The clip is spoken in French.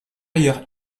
ailleurs